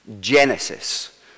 Genesis